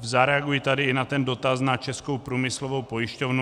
Zareaguji tady i na dotaz na Českou průmyslovou pojišťovnu.